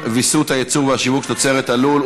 ויסות הייצור והשיווק של תוצרת הלול),